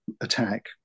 attack